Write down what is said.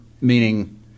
meaning